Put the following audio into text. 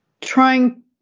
trying